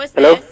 Hello